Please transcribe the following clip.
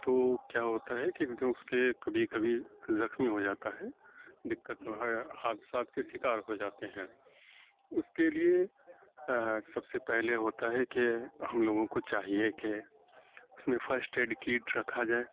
تو کیا ہوتا ہے کہ اس کے کبھی کبھی زخمی ہو جاتا ہے دقت حادثات کے شکار ہوتے جاتے ہیں اس کے لیے سب سے پہلے ہوتا ہے کہ ہم لوگوں کو چاہیے کہ اس میں فرسٹ ایڈ کیٹ رکھا جائے